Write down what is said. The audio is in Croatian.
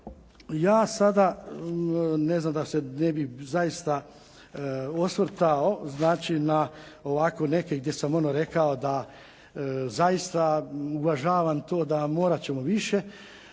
Ja sada ne znam da se ne bih zaista osvrtao na ovako neke gdje sam ono rekao da zaista uvažavam to morat ću to